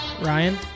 Ryan